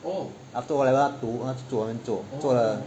after O-level 她读她去做那边做做了